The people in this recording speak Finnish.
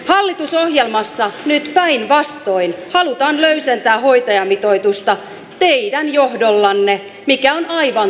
hallitusohjelmassa nyt päinvastoin halutaan löysentää hoitajamitoitusta teidän johdollanne mikä on aivan käsittämätöntä